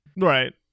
Right